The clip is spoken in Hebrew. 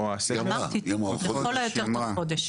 אני אמרתי, לכל היותר תוך חודש.